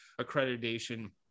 accreditation